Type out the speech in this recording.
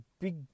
big